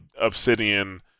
Obsidian